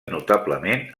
notablement